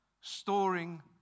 storing